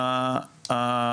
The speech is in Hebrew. הצבעה אושר.